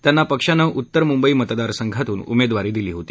त्यांना पक्षानं उतर मुंबई मतदार संघातून उमेदवारी दिली होती